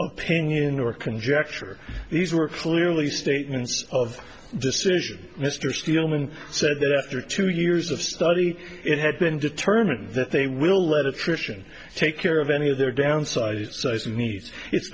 opinion or conjecture these were clearly statements of decision mr c said that after two years of study it had been determined that they will let attrition take care of any of their downsides so as meat it's